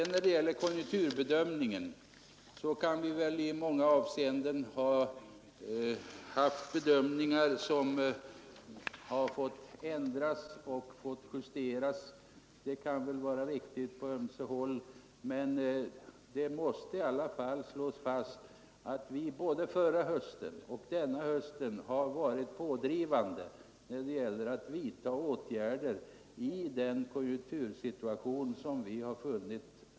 När det gäller konjunkturbedömningarna kan sägas att vi i i viss mån fått justera dem. Det har man gjort på ömse håll, men det måste i alla fall slås fast, att vi både förra hösten och denna höst varit pådrivande i fråga om åtgärder i den rådande konjunktursituationen.